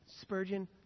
Spurgeon